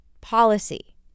policy